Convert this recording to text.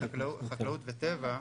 חקלאות וטבע,